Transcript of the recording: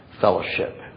Fellowship